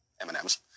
M&M's